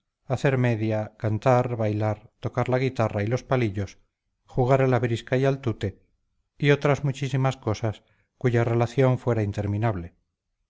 hacer media cantar bailar tocar la guitarra y los palillos jugar a la brisca y al tute y otras muchísimas cosas cuya relación fuera interminable